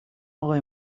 آقای